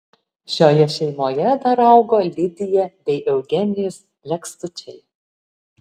šioje šeimoje dar augo lidija bei eugenijus lekstučiai